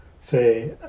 say